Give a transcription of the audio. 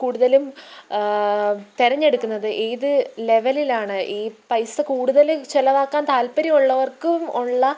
കൂടുതലും തെരഞ്ഞെടുക്കുന്നത് ഏത് ലെവലിലാണ് ഈ പൈസ കൂടുതല് ചെലവാക്കാൻ താൽപര്യമുള്ളവർക്കും ഉള്ള